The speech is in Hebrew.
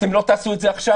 אתם לא תעשו את זה עכשיו,